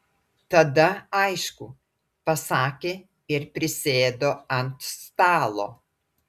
tada aišku pasakė ir prisėdo ant stalo